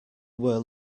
were